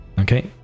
okay